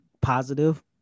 positive